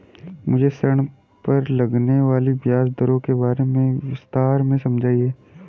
मुझे ऋण पर लगने वाली ब्याज दरों के बारे में विस्तार से समझाएं